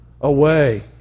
away